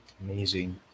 Amazing